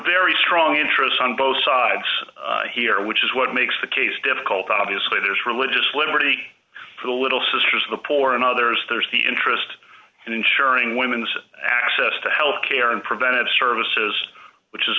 very strong interests on both sides here which is what makes the case difficult obviously there's religious liberty for the little sisters of the poor and others there's the interest in ensuring women's access to health care and preventive services which is